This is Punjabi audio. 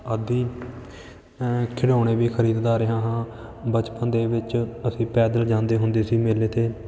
ਆਦਿ ਖਿਡੌਣੇ ਵੀ ਖਰੀਦਦਾ ਰਿਹਾ ਹਾਂ ਬਚਪਨ ਦੇ ਵਿੱਚ ਅਸੀਂ ਪੈਦਲ ਜਾਂਦੇ ਹੁੰਦੇ ਸੀ ਮੇਲੇ 'ਤੇ